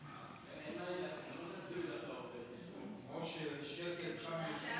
הסתייגות 43 לא